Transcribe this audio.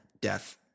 death